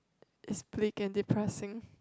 is pretty and depressing